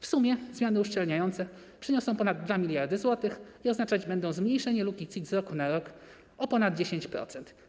W sumie zmiany uszczelniające przyniosą ponad 2 mld zł i oznaczać będą zmniejszenie luki CIT z roku na rok o ponad 10%.